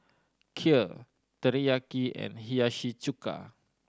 Kheer Teriyaki and Hiyashi Chuka